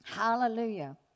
Hallelujah